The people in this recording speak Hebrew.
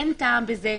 אין טעם בזה.